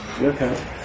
Okay